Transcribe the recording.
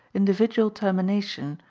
individual termination,